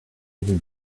even